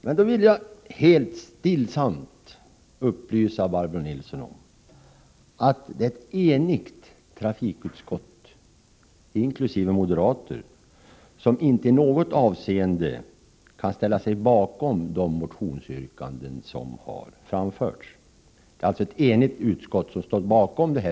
Men då vill jag helt stillsamt upplysa Barbro Nilsson om att det är ett enigt trafikutskott, inkl. moderater, som står bakom detta betänkande och som inte i något avseende kan biträda de motionsyrkanden som har framförts.